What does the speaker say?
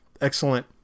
excellent